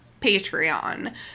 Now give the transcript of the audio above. patreon